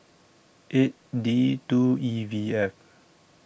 eight D two E V F